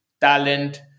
talent